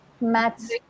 Max